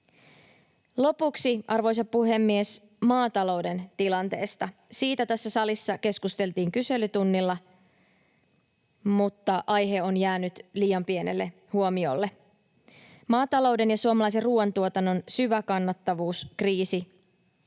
Lopuksi, arvoisa puhemies, maatalouden tilanteesta: Siitä tässä salissa keskusteltiin kyselytunnilla, mutta aihe on jäänyt liian pienelle huomiolle. Maatalouden ja suomalaisen ruuantuotannon syvä kannattavuuskriisi